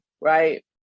right